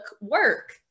work